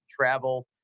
travel